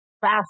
fast